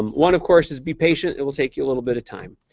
one, of course, is be patient. it will take you a little bit of time.